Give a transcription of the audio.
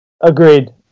Agreed